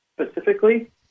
specifically